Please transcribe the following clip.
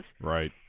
Right